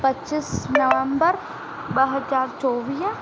पचीस नवंबर ॿ हज़ार चोवीह